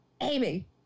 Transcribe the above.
Amy